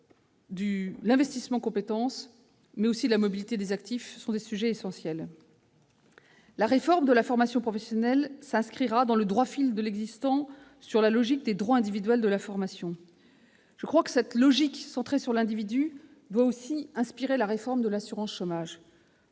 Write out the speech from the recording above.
L'investissement dans les compétences et la mobilité des actifs sont donc deux sujets essentiels. La réforme de la formation professionnelle s'inscrira dans le droit fil de l'existant tout en renforçant les droits individuels à la formation. Cette logique centrée sur l'individu doit aussi inspirer la réforme de l'assurance chômage,